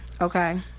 Okay